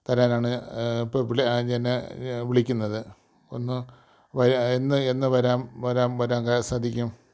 തരാനാണ് ഇപ്പം പുള്ളി എന്നെ വിളിക്കുന്നത് ഒന്ന് എന്ന് എന്ന് വരാം വരാൻ സാധിക്കും